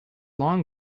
long